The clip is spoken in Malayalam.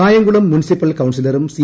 കായംകുളം മുൻസിപ്പൽ ്കൌൺസിലറും സി